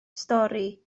stori